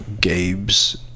Gabe's